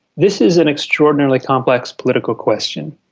this is an extraordinarily complex political question.